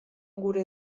gure